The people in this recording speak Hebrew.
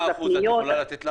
כמה אחוז את יכולה לתת לנו?